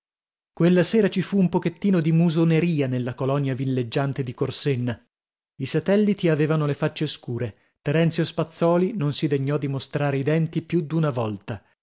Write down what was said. quella sera ci fu un pochettino di musoneria nella colonia villeggiante di corsenna i satelliti avevano le facce scure terenzio spazzòli non si degnò di mostrare i denti più d'una volta